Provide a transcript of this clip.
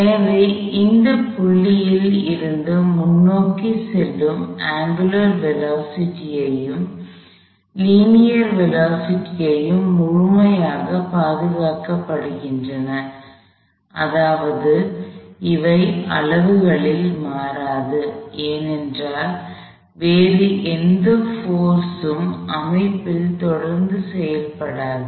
எனவே இந்த புள்ளியில் இருந்து முன்னோக்கி செல்லும் அங்குலார் வேலோஸிட்டியூம் லீனியர் வேலோஸிட்டியூம் முழுமையாக பாதுகாக்கப்படுகின்றன அதாவது அவை அளவுகளில் மாறாது ஏனென்றால் வேறு எந்த போர்ஸ் ம் அமைப்பில் தொடர்ந்து செயல்படாது